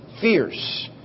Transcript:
fierce